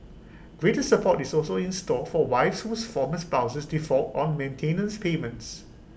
greater support is also in store for wives whose former spouses default on maintenance payments